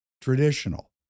traditional